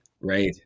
Right